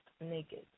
naked